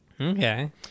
Okay